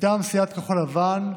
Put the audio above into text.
מטעם סיעת כחול לבן: